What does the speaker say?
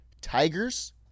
tigers